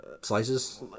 Slices